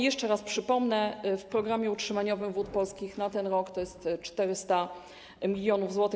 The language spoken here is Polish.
Jeszcze raz przypomnę, że w programie utrzymaniowym Wód Polskich na ten rok jest 400 mln zł.